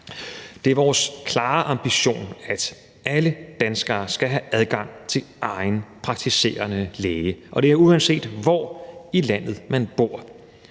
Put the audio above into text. Det er vores klare ambition, at alle danskere skal have adgang til egen praktiserende læge, og det er, uanset hvor i landet man bor.